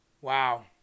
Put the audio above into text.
Wow